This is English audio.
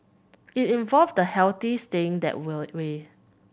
it involves the healthy staying that will way